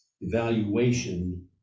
evaluation